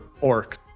orc